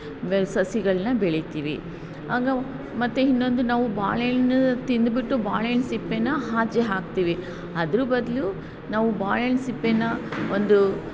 ಸಸಿಗಳನ್ನು ಬೆಳಿತೀವಿ ಆಗ ಮತ್ತು ಇನ್ನೊಂದು ನಾವು ಬಾಳೆಹಣ್ಣು ತಿಂದುಬಿಟ್ಟು ಬಾಳೆಹಣ್ಣು ಸಿಪ್ಪೇನಾ ಆಚೆ ಹಾಕ್ತೀವಿ ಅದ್ರ ಬದಲು ನಾವು ಬಾಳೆಹಣ್ಣು ಸಿಪ್ಪೇನಾ ಒಂದು